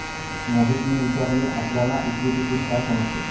मोहितने विचारले आपल्याला इक्विटीतून काय समजते?